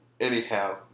Anyhow